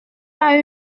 pas